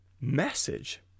message